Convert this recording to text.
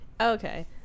okay